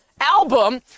album